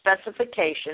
specifications